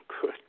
good